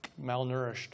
malnourished